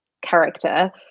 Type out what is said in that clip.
character